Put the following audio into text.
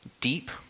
deep